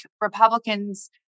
Republicans-